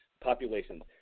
populations